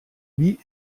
wie